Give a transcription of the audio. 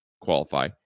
qualify